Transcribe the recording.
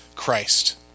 Christ